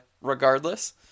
regardless